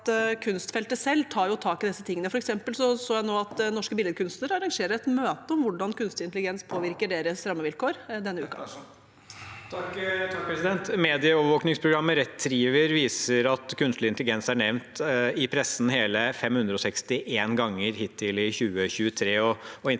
kunstfeltet selv tar tak i disse tingene. Jeg så f.eks. at norske billedkunstnere arrangerer et møte denne uken om hvordan kunstig intelligens påvirker deres rammevilkår. Tage Pettersen (H) Medieovervåkings- programmet Retriever viser at kunstig intelligens er nevnt i pressen hele 561 ganger hittil i 2023,